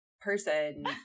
person